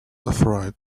afraid